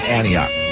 Antioch